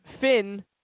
Finn